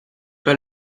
pas